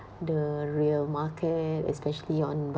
the real market especially on